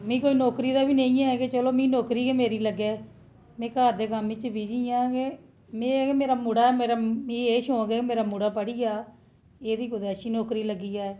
मिगी कोई नौकरी दा बी निं ऐ किश चलो कुदै नौकरी गै मेरी लग्गै में घर दे कम्म च गै बिजी आं ते में एह् ऐ कि मेरा मुड़ा ऐ मिगी एह् शौक ऐ कि मेरा मुड़ा पढ़ी जा एह्दी कुदै अच्छी नौकरी लग्गी जा